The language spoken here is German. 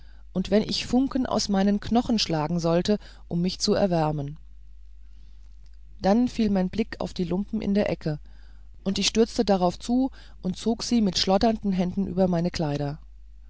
und wenn ich funken aus meinen knochen schlagen sollte um mich zu erwärmen da fiel mein blick auf die lumpen in der ecke und ich stürzte darauf zu und zog sie mit schlotternden händen über meine kleider